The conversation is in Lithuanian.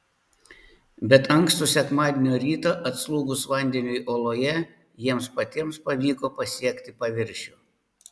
bet ankstų sekmadienio rytą atslūgus vandeniui oloje jiems patiems pavyko pasiekti paviršių